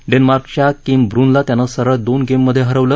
डेन्मार्कच्या किम ब्रुनला त्यानं सरळ दोन गेममधे हरवलं